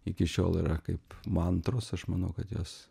iki šiol yra kaip mantros aš manau kad jos